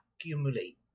accumulate